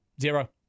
Zero